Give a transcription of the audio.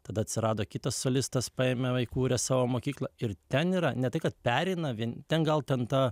tada atsirado kitas solistas paėmė įkūrė savo mokyklą ir ten yra ne tai kad pereina vieni ten gal ten ta